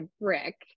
brick